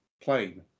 plane